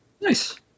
Nice